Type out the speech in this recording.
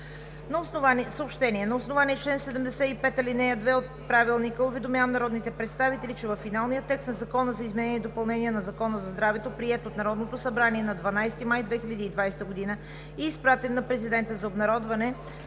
и дейността на Народното събрание уведомявам народните представители, че във финалния текст на Закона за изменение и допълнение на Закона за здравето, приет от Народното събрание на 12 май 2020 г., и изпратен на Президента за обнародване,